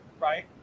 right